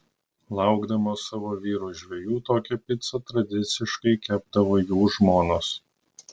laukdamos savo vyrų žvejų tokią picą tradiciškai kepdavo jų žmonos